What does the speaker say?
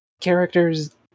characters